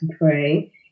pray